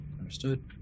Understood